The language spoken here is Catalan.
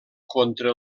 contra